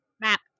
Map